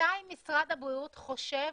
מתי משרד הבריאות חושב